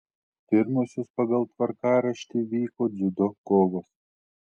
pirmosios pagal tvarkaraštį vyko dziudo kovos